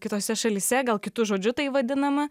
kitose šalyse gal kitu žodžiu tai vadinama